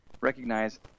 recognize